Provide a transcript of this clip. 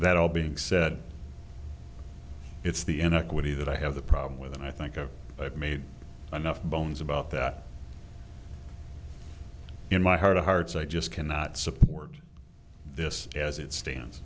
that all being said it's the inequality that i have the problem with and i think of i've made enough bones about that in my heart of hearts i just cannot support this as it stands